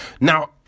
Now